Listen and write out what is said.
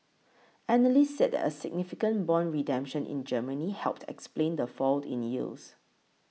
analysts said a significant bond redemption in Germany helped explain the fall in yields